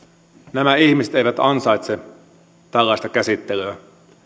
nämä ihmiset eivät ansaitse tällaista käsittelyä